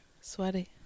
Sweaty